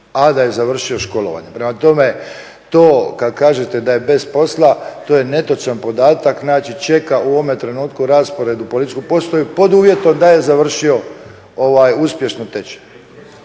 a da je završio školovanje. Prema tome, to kad kažete da je bez posla to je netočan podatak, znači čeka u ovome trenutku raspored u policijsku postrojbu pod uvjetom da je završio uspješno tečaj.